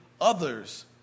others